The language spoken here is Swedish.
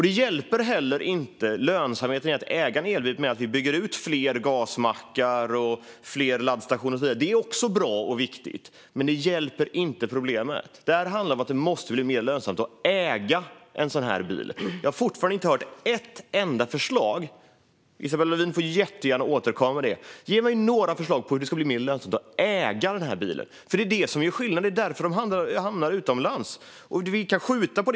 Det hjälper heller inte lönsamheten i att äga en elbil att vi bygger ut fler gasmackar, fler laddstationer och så vidare. Det är också bra och viktigt, men det avhjälper inte problemet. Det handlar om att det måste bli mer lönsamt att äga en sådan här bil. Vi har fortfarande inte hört ett enda förslag. Isabella Lövin får jättegärna återkomma med några förslag på hur det ska bli mer lönsamt att äga en sådan här bil, för det är det som gör skillnaden. Det är här vi finner anledningen till att bilarna hamnar utomlands.